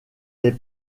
des